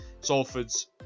Salford's